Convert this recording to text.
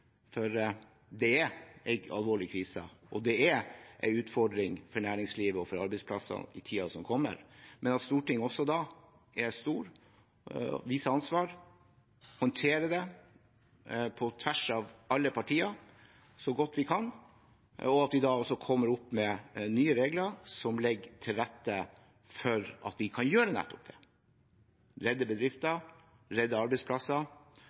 er en alvorlig krise og en utfordring for næringslivet og arbeidsplassene i tiden som kommer. Stortinget viser seg også nå som stort, tar ansvar og håndterer det, på tvers av alle partier, så godt vi kan. Vi kommer med nye regler som legger til rette for at vi kan gjøre nettopp dette – redde bedrifter og arbeidsplasser.